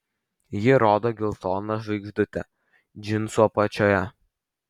ji rodo geltoną žvaigždutę džinsų apačioje